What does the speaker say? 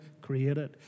created